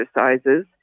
exercises